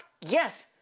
Yes